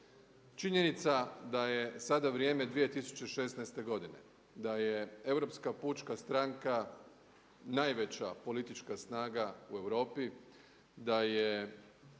Činjenica da je sada vrijeme 2016. godine da je Europska pučka stranka najveća politička snaga u Europi, da je